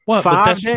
Five